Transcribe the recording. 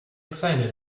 excited